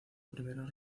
primeros